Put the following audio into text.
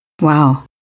Wow